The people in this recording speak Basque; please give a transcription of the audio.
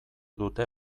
dute